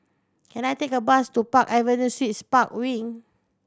can I take a bus to Park Avenue Suites Park Wing